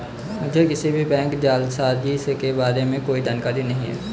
मुझें किसी भी बैंक जालसाजी के बारें में कोई जानकारी नहीं है